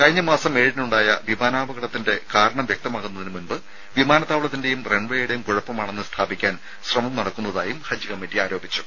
കഴിഞ്ഞ മാസം ഏഴിനുണ്ടായ വിമാനാപകടത്തിന്റെ കാരണം വിമാനത്താവളത്തിന്റെയും വ്യക്തമാകുന്നതിന് മുമ്പ് റൺവേയുടെയും കുഴപ്പമാണെന്ന് സ്ഥാപിക്കാൻ ശ്രമം നടക്കുന്നതായും ഹജ്ജ് കമ്മിറ്റി ആരോപിച്ചു